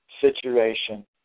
situation